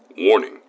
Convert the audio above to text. Warning